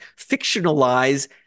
fictionalize